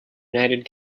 united